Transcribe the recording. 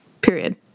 period